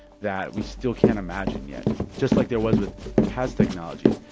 that we still can't imagine yet just like there was with past technologies.